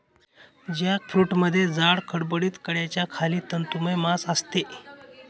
जॅकफ्रूटमध्ये जाड, खडबडीत कड्याच्या खाली तंतुमय मांस असते